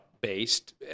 based